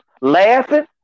laughing